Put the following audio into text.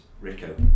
Rico